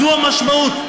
זו המשמעות.